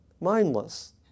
mindless